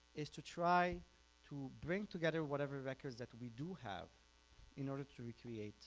is to try to bring together whatever records that we do have in order to recreate